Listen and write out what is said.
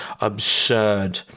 absurd